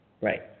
right